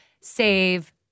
save